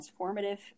transformative